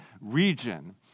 region